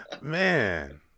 Man